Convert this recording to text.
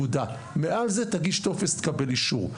מעל זה תגיש טופס תקבל אישור,